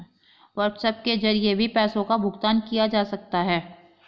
WhatsApp के जरिए भी पैसों का भुगतान किया जा सकता है